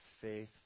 faith